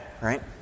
right